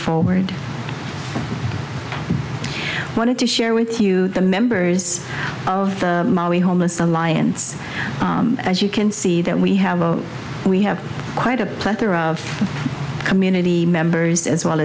forward wanted to share with you the members of the homeless alliance as you can see that we have we have quite a plethora of community members as well